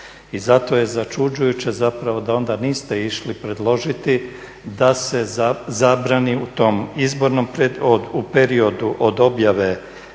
I zato je začuđujuće zapravo da onda niste išli predložiti da se zabrani u tom izbornom, u periodu od objave